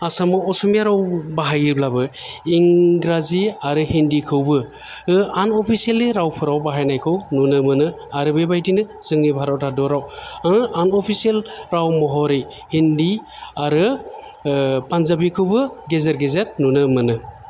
आसामाव असमिया राव बाहायोब्लाबो इंग्राजि आरो हिन्दिखौबो आन अफिसियेलि फोराव बाहायनायखौ नुनोमोनो आरो बेबायदिनो जोंनि भारत हादराव आन अफिसियेल राव महरै हिन्दि आरो फानजाबिखौबो गेजेर गेजेर नुनो मोनो